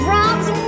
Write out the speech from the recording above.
Rob's